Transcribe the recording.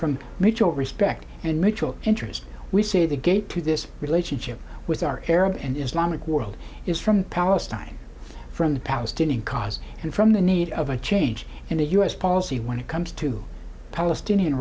from mutual respect and mutual interest we say the gate to this relationship with our arab and islamic world is from palestine from the palestinian cause and from the need of a change in the u s policy when it comes to palestinian